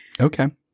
Okay